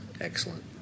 Excellent